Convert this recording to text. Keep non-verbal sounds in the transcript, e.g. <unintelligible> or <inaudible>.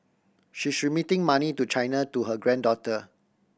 she <unintelligible> remitting money to China to her granddaughter